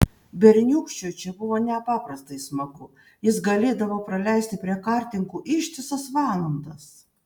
berniūkščiui čia buvo nepaprastai smagu jis galėdavo praleisti prie kartingų ištisas valandas